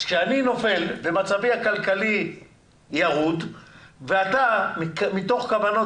כשאני נופל ומצבי הכלכלי ירוד ואתה מתוך כוונות